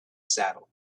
saddle